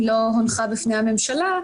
היא לא הונחה בפני הממשלה,